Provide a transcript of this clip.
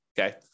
Okay